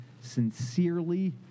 sincerely